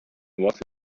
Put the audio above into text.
was